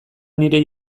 nire